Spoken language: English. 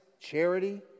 charity